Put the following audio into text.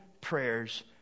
prayers